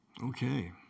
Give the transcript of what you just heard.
Okay